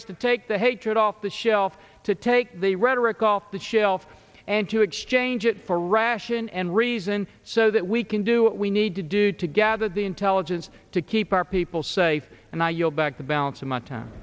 us to take the hatred off the shelf to take the rhetoric off the shelf and to exchange it for ration and reason so that we can do what we need to do to gather the intelligence to keep our people safe and i yield back the balance of my t